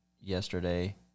yesterday